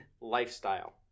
lifestyle